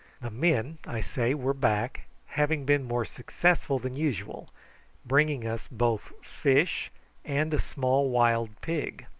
the men, i say, were back, having been more successful than usual bringing us both fish and a small wild pig.